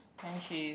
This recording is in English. then she